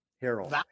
Harold